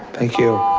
thank you,